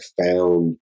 found